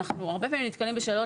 הרבה פעמים אנחנו נתקלים בשאלות,